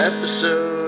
Episode